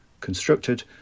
constructed